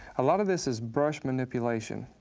a lot of this is brush manipulation.